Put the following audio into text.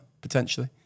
potentially